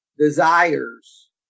desires